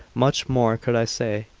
much more could i say,